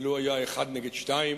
ולוּ היה אחד נגד שניים,